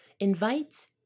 invites